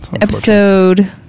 Episode